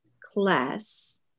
Class